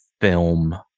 film